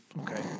okay